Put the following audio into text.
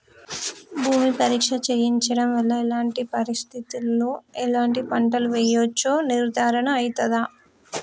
భూమి పరీక్ష చేయించడం వల్ల ఎలాంటి పరిస్థితిలో ఎలాంటి పంటలు వేయచ్చో నిర్ధారణ అయితదా?